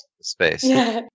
space